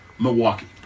Milwaukee